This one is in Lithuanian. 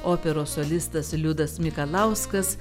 operos solistas liudas mikalauskas